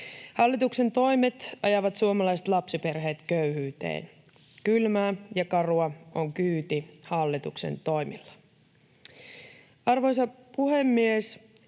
Hallituksen toimet ajavat suomalaiset lapsiperheet köyhyyteen. Kylmää ja karua on kyyti hallituksen toimilla. Arvoisa puhemies!